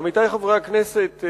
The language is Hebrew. עמיתי חברי הכנסת,